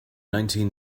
nineteen